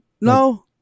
no